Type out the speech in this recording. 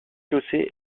chaussée